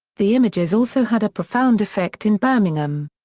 the images also had a profound effect in birmingham.